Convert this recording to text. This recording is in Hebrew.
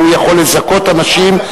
הוא יכול לזכות אנשים,